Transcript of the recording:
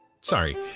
Sorry